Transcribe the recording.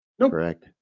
correct